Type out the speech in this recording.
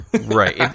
Right